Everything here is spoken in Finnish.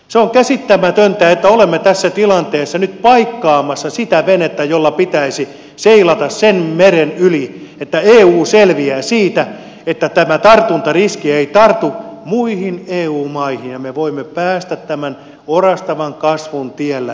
se on käsittämätöntä että olemme tässä tilanteessa nyt paikkaamassa sitä venettä jolla pitäisi seilata sen meren yli että eu selviää siitä että tämä tartuntariski ei tartu muihin eu maihin ja me voimme päästä tämän orastavan kasvun tiellä eteenpäin